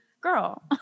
girl